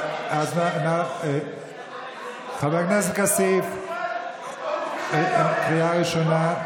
חבר הכנסת כסיף, קריאה ראשונה.